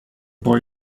boy